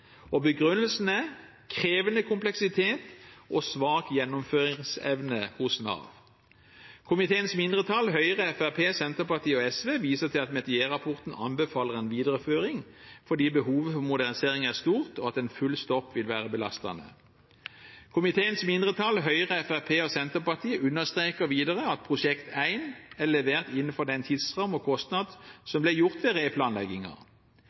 Begrunnelsen er krevende kompleksitet og svak gjennomføringsevne hos Nav. Komiteens mindretall, Høyre, Fremskrittspartiet, Senterpartiet og SV, viser til at rapporten fra Metier anbefaler en videreføring, fordi behovet for modernisering er stort, og en full stopp vil være belastende. Komiteens mindretall, Høyre, Fremskrittspartiet og Senterpartiet, understreker videre at Prosjekt 1 er levert innenfor den tids- og kostnadsramme som ble satt ved